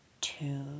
two